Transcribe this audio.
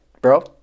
bro